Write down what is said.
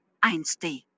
1D